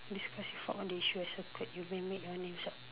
discuss you may make the names up